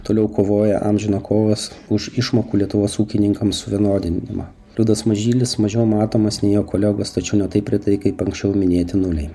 toliau kovoja amžiną kovą už išmokų lietuvos ūkininkams suvienodinimą liudas mažylis mažiau matomas nei jo kolegos tačiau ne taip retai kaip anksčiau minėti nuliai